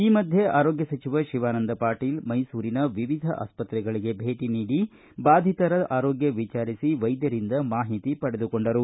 ಈ ಮಧ್ಯೆ ಆರೋಗ್ಯ ಸಚಿವ ಶಿವಾನಂದ ಪಾಟೀಲ್ ಮೈಸೂರಿನ ವಿವಿಧ ಆಸ್ಪತ್ತೆಗಳಿಗೆ ಭೇಟಿ ನೀಡಿ ಬಾಧಿತರ ಆರೋಗ್ಟ ವಿಚಾರಿಸಿ ವೈದ್ಧರಿಂದ ಮಾಹಿತಿ ಪಡೆದುಕೊಂಡರು